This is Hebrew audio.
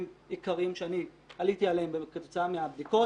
עיקריים שאני עליתי עליהם כתוצאה מהבדיקות.